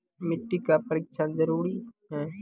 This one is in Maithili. मिट्टी का परिक्षण जरुरी है?